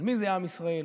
מי זה עם ישראל,